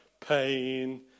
pain